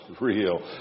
real